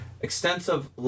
extensive